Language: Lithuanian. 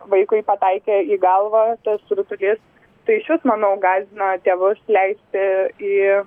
vaikui pataikė į galvą tas rutulys tai išvis manau gąsdina tėvus leisti į